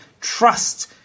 trust